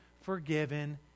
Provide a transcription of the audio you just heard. forgiven